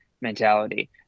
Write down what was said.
mentality